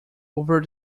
over